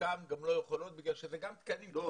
חלקן גם לא יכולות בגלל שזה גם תקנים, כמו בצבא.